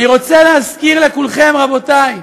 אני רוצה להזכיר לכולכם, רבותי,